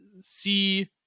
See